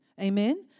Amen